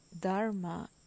dharma